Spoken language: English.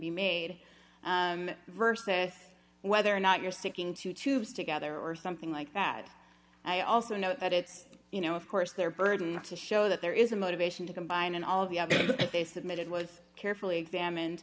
be made versus whether or not you're sticking to tubes together or something like that i also know that it's you know of course their burden to show that there is a motivation to combine and all the other they submitted was carefully examined